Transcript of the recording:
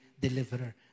deliverer